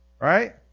Right